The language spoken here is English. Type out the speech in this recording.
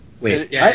Wait